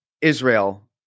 Israel